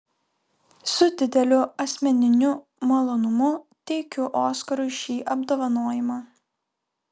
su dideliu asmeniniu malonumu teikiu oskarui šį apdovanojimą